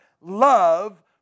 love